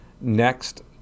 Next